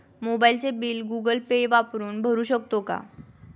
मोबाइलचे bill Google Pay वापरून भरू शकतो का?